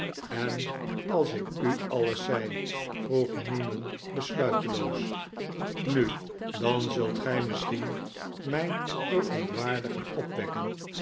en als ik u alles zei vroeg newman besluiteloos i nu dan zult gij misschien mijn verontwaardiging opwekken